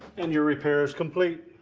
and your repair is complete.